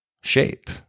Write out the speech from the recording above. shape